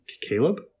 Caleb